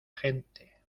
gente